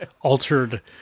altered